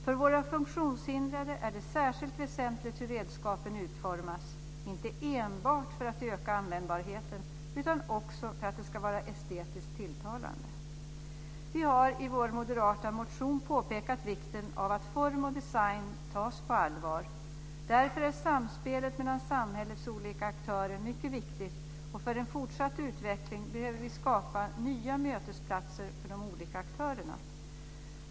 För våra funktionshindrade är det särskilt väsentligt hur redskapen utformas - inte enbart för att öka användbarheten utan också för att de ska vara estetiskt tilltalande. Vi har i vår moderata motion påpekat vikten av att form och design tas på allvar. Därför är samspelet mellan samhällets olika aktörer mycket viktigt. För en fortsatt utveckling behöver vi skapa nya mötesplatser för de olika aktörerna.